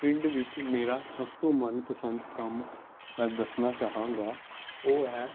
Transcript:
ਪਿੰਡ ਵਿੱਚ ਮੇਰਾ ਸਭ ਤੋਂ ਮਨਪਸੰਦ ਕੰਮ ਮੈਂ ਦੱਸਣਾ ਚਾਹਾਂਗਾ ਉਹ ਹੈ